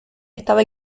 estaba